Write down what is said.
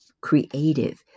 creative